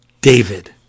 David